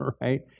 Right